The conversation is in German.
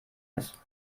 ist